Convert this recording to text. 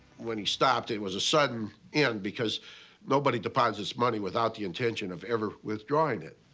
when he stopped it was a sudden end, because nobody deposits money without the intention of ever withdrawing it.